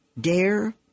Dare